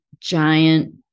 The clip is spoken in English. giant